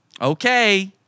okay